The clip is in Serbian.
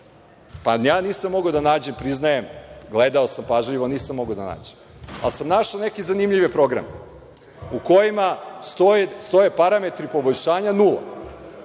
Ja nisam mogao da nađem, priznajem. Gledao sam pažljivo, nisam mogao da nađem. Našao sam neke zanimljive programe u kojima stoje parametri poboljšanja nula.